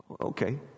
Okay